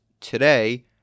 today